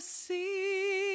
see